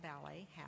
Ballet